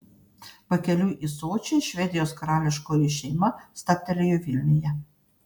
pakeliui į sočį švedijos karališkoji šeima stabtelėjo vilniuje